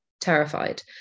terrified